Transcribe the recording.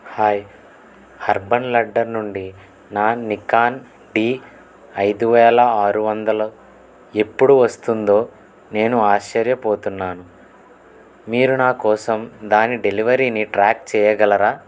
hi urban ladder నుండి నా Nikon D ఐదు వేల ఆరు వందలు ఎప్పుడు వస్తుందో నేను ఆశ్చర్యపోతున్నాను మీరు నా కోసం దాని డెలివరీని ట్రాక్ చెయ్యగలరా